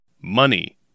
Money